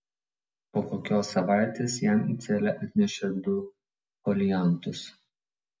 po kokios savaitės jam į celę atnešė du foliantus